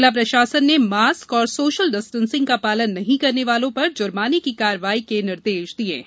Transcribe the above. जिला प्रशासन ने मॉस्क और सोशल डिस्टेंसिंग का पालन नहीं करने वालों पर जुर्मानें की कार्यवाही के निर्देश दिये हैं